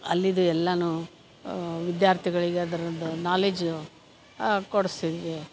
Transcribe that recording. ಅಲ್ಲಿಯದು ಎಲ್ಲನೂ ವಿದ್ಯಾರ್ಥಿಗಳಿಗೆ ಅದ್ರದು ನಾಲೇಜು ಕೊಡಿಸಿದೆ